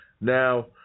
Now